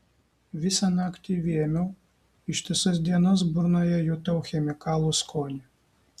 visą naktį vėmiau ištisas dienas burnoje jutau chemikalų skonį